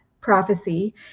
prophecy